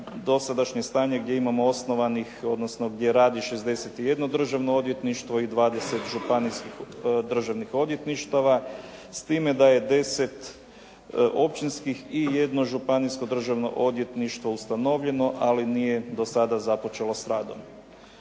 dosadašnje stanje gdje imamo osnovanih odnosno gdje radi 61 državno odvjetništvo i 20 županijskih državnih odvjetništava s time da je 10 općinskih i jedno županijsko državno odvjetništvo ustanovljeno ali nije do sada započelo s radom.